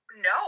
No